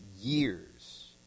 years